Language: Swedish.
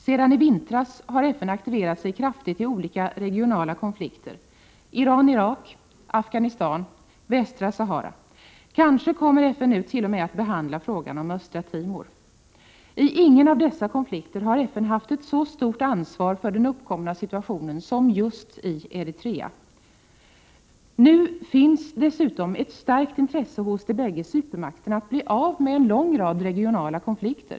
Sedan i vintras har FN aktiverat sig kraftigt i olika regionala konflikter: Iran-Irak, Afghanistan och Västra Sahara. Kanske kommer FN nu t.o.m. att behandla frågan om Östra Timor. I ingen av dessa konflikter har FN haft ett så stort ansvar för den uppkomna situationen som just i Eritreakonflikten. Nu finns det dessutom 61 ett starkt intresse hos de bägge supermakterna för att bli av med en lång rad regionala konflikter.